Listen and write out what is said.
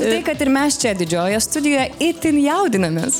tai kad ir mes čia didžiojoje studijoje itin jaudinamės